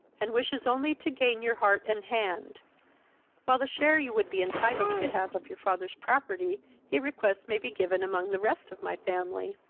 and wishes only to gain your heart and hand while the share you would be entitled to have of your father's property he requests may be given among the rest of my family,